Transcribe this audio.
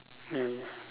ya ya